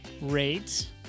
rate